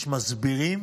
יש מסבירים